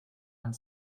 and